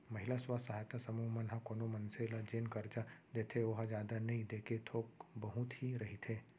महिला स्व सहायता समूह मन ह कोनो मनसे ल जेन करजा देथे ओहा जादा नइ देके थोक बहुत ही रहिथे